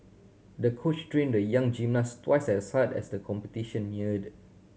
the coach train the young gymnast twice as hard as the competition neared